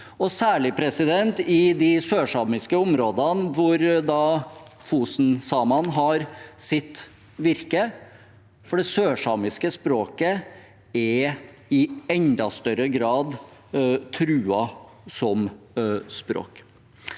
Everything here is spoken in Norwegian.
særlig i de sørsamiske områdene, hvor Fosen-samene har sitt virke, for det sørsamiske språket er i enda større grad truet som språk.